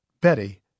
Betty